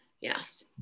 Yes